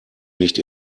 nicht